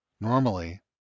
Normally